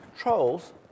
trolls